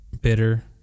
bitter